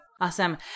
Awesome